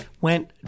went